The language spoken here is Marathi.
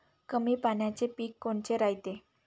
कमी पाण्याचे पीक कोनचे रायते?